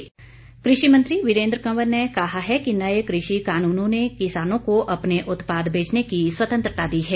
कटौती प्रस्ताव कृषि मंत्री वीरेंद्र कंवर ने कहा है कि नए कृषि कानूनों ने किसानों को अपने उत्पाद बेचने की स्वतंत्रता दी है